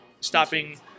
stopping